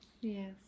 yes